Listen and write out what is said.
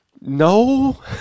no